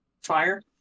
fire